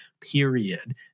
Period